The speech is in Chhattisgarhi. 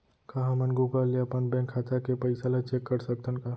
का हमन गूगल ले अपन बैंक खाता के पइसा ला चेक कर सकथन का?